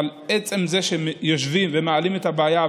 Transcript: אבל עצם זה שיושבים ומעלים את הבעיה,